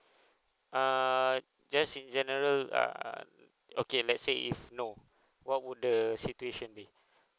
err just in general err okay let say if no what would the situation be